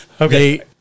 Okay